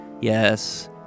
yes